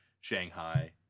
Shanghai